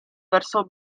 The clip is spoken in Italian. verso